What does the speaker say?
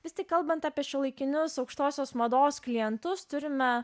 vis tik kalbant apie šiuolaikinius aukštosios mados klientus turime